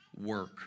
work